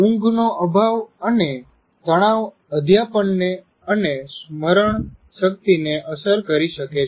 ઊંઘનો અભાવ અને તણાવ અધ્યાપનને અને સ્મરણ શક્તિને અસર કરી શકે છે